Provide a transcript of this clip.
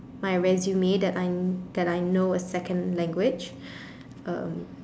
my resume that I that I know a second language uh